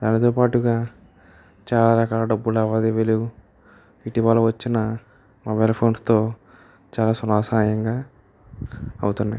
దానితో పాటుగా చాలా రకాల డబ్బు లావాదేవీలు ఇటీవల వచ్చిన మొబైల్ ఫోన్స్ తో చాలా సునాశనయంగా అవుతున్నాయి